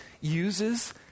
uses